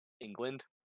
England